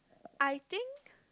I think